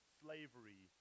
slavery